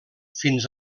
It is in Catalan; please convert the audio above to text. fins